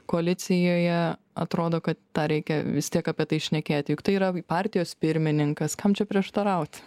koalicijoje atrodo kad tą reikia vis tiek apie tai šnekėti juk tai yra partijos pirmininkas kam čia prieštarauti